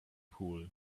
pool